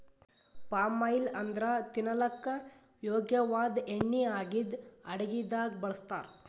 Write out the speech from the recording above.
palm oil ಅಂದ್ರ ತಿನಲಕ್ಕ್ ಯೋಗ್ಯ ವಾದ್ ಎಣ್ಣಿ ಆಗಿದ್ದ್ ಅಡಗಿದಾಗ್ ಬಳಸ್ತಾರ್